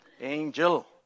Angel